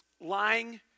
lying